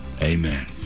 amen